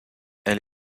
elle